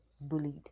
bullied